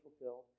fulfilled